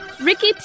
Ricky